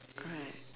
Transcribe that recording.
correct